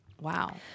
Wow